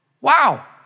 Wow